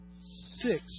six